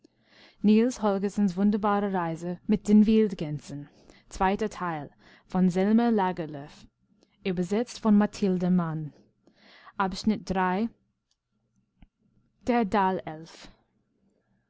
holgersen mit den wildgänsen